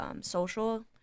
social